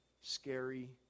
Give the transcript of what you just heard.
scary